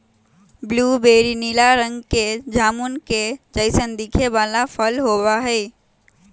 blueberry नीला रंग के जामुन के जैसन दिखे वाला फल होबा हई